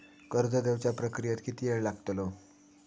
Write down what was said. कर्ज देवच्या प्रक्रियेत किती येळ लागतलो?